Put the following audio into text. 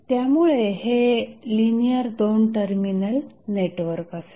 त्यामुळे हे linear 2 terminal network असेल